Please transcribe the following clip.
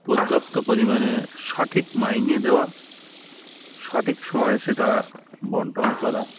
পর্যাপ্ত পরিমাণে সঠিক মাইনে দেওয়া সঠিক সময়ে সেটা বন্টন করা